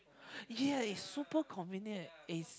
ya is super convenient is